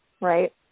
right